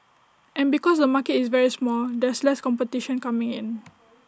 and because the market is very small there's less competition coming in